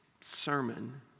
sermon